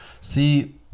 See